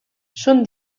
són